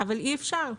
אבל אי אפשר.